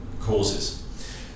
causes